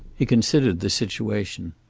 he considered the situation.